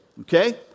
Okay